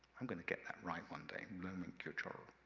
i'm gonna get that right one day nomenclature.